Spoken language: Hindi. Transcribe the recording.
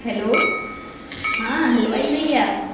हेलो हाँ हलवाई भैया